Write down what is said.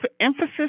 emphasis